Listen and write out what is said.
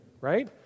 Right